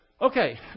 Okay